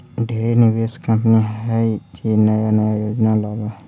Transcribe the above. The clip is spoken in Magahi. ढेरे निवेश कंपनी हइ जे नया नया योजना लावऽ हइ